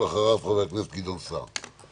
ואחריו חבר הכנסת גדעון סער.